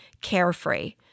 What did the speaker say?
carefree